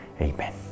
Amen